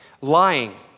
lying